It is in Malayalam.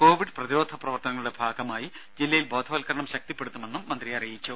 കോവിഡ് പ്രതിരോധ പ്രവർത്തനങ്ങളുടെ ഭാഗമായി ജില്ലയിൽ ബോധവത്കരണം ശക്തിപ്പെടുത്തുമെന്നും മന്ത്രി പറഞ്ഞു